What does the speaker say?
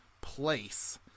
place